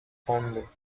fondo